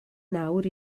nawr